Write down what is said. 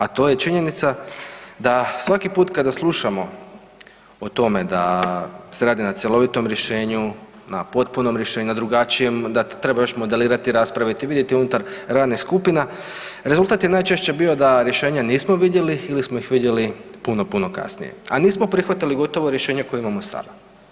A to je činjenica da svaki puta kada slušamo o tome da se radi na cjelovitom rješenju, na potpunom rješenju, na drugačijem, da to treba još modelirati, raspraviti, vidjeti unutar radnih skupina rezultat je najčešće bio da rješenje nismo vidjeli ili smo ih vidjeli puno, puno kasnije, a nismo prihvatili gotovo rješenje koje imamo sada.